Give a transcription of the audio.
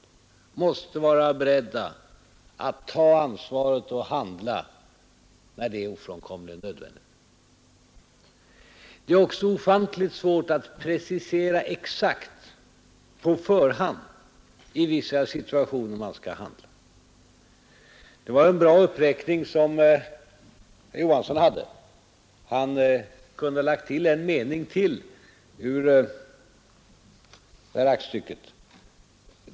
De måste vara beredda att ta ansvar och att handla när detta är ofrånkomligen nödvändigt. Det är också ofantligt svart att på förhand precisera exakt i vilka situationer man skall handla. Det var en bra uppräkning som herr Johansson gjorde. Han kunde dock ha tillagt en mening ur det här aktstycket.